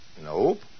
Nope